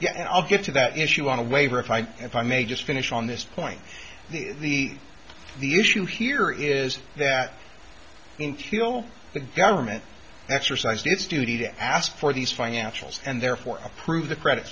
yeah i'll get to that issue on a waiver if i if i may just finish on this point the the issue here is that you kill the government exercised its duty to ask for these financials and therefore approve the credit